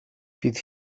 bydd